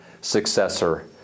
successor